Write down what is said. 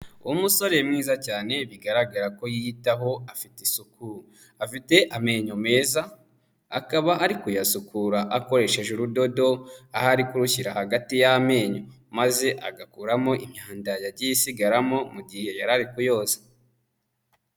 Umusore mwiza cyane bigaragara ko yiyitaho afite isuku, afite amenyo meza akaba ari kuyasukura akoresheje urudodo, aho ari kurushyira hagati y'amenyo maze agakuramo imyanda yagiye isigaramo mu gihe yarari kuyoza.